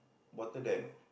water damp